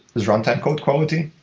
runtime code quality.